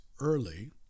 early